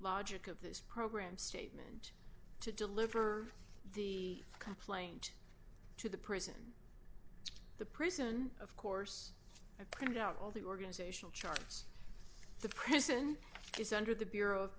logic of this program statement to deliver the complaint to the prison the prison of course i printed out all the organizational charts the prison is under the bureau